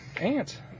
ant